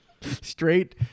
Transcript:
Straight